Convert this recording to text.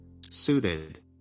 suited